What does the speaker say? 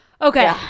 Okay